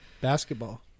Basketball